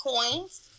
coins